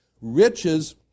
riches